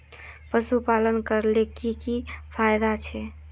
पशुपालन करले की की फायदा छे?